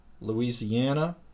Louisiana